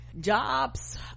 jobs